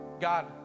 God